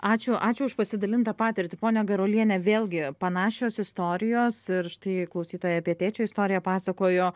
ačiū ačiū už pasidalintą patirtį ponia garuoliene vėlgi panašios istorijos ir štai klausytoja apie tėčio istoriją pasakojo